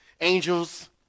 angels